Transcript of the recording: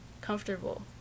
comfortable